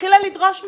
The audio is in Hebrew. והתחילה לדרוש מהן.